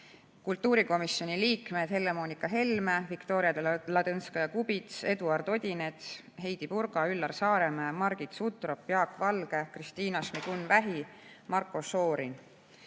kultuurikomisjoni liikmed Helle-Moonika Helme, Viktoria Ladõnskaja-Kubits, Eduard Odinets, Heidy Purga, Üllar Saaremäe, Margit Sutrop, Jaak Valge, Kristina Šmigun-Vähi ja Marko Šorin.